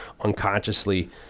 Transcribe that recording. unconsciously